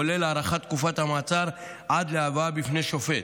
כולל הארכת תקופת המעצר עד להבאה בפני שופט.